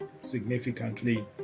significantly